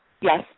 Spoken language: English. Yes